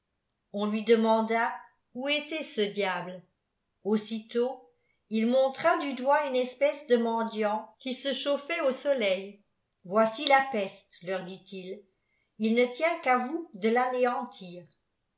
on lui demanda où était ce diable aussitôt il montra du doigt une espèce de mendiant qui se chauffait au soleil voici la peste leur dit-il il ne tient qu'à vous de l'anéantir